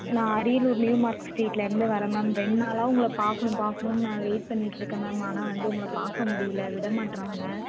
நான் Ariyalur new Marx ஸ்ட்ரீட்டில் இருந்து வரேன் மேம் ரெண்டு நாளாக உங்களை பார்க்கணும் பார்க்கணுன்னு நான் வெயிட் பண்ணிட்டுருக்கேன் மேம் ஆனால் வந்து உங்களை பார்க்க முடியல விட மாட்டுறாங்க